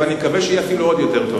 אני מקווה שיהיה אפילו עוד יותר טוב.